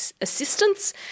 assistance